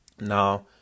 Now